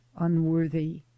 Unworthy